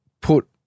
put